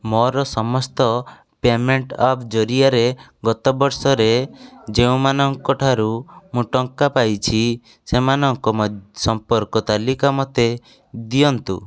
ମୋର ସମସ୍ତ payment app ଜରିଆରେ ଗତବର୍ଷରେ ଯେଉଁମାନଙ୍କ ଠାରୁ ମୁଁ ଟଙ୍କା ପାଇଛି ସେମାନଙ୍କ ସମ୍ପର୍କ ତାଲିକା ମୋତେ ଦିଅନ୍ତୁ